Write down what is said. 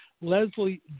Leslie